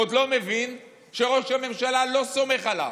עוד לא מבין שראש הממשלה לא סומך עליו.